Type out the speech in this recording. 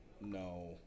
no